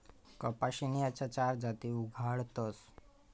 कपाशीन्या चार जाती उगाडतस